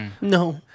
No